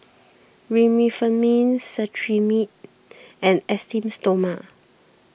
Remifemin Cetrimide and Esteem Stoma